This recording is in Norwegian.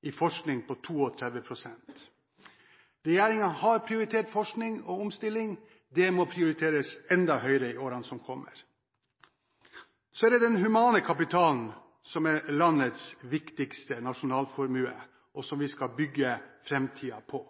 i forskning på 32 pst. Regjeringen har prioritert forskning og omstilling. Det må prioriteres enda høyere i årene som kommer. Det er den humane kapitalen som er landets viktigste nasjonalformue, og som vi skal bygge framtiden på.